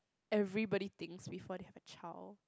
everybody thinks before they have a child